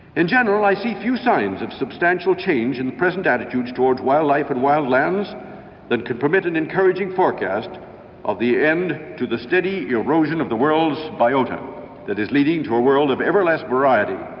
in general i see few signs of substantial change in the present attitudes towards wildlife and wild lands that could permit an encouraging forecast of the end to the steady erosion of the world's biota that is leading to a world of ever less variety,